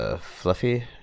fluffy